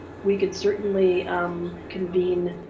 we could certainly convene,